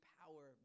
power